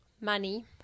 Money